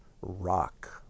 Rock